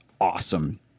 awesome